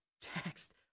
text